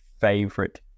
favorite